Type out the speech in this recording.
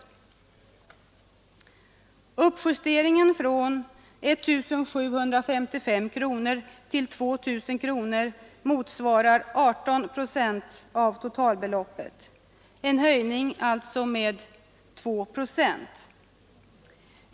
När bidragsdelen uppjusteras från 1755 kronor till 2000 kronor motsvarar den 18 procent av totalbeloppet, dvs. en höjning med 2 procent.